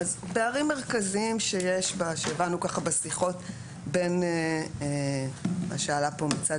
פערים מרכזיים שהבנו בשיחות בין מה שעלה פה מצד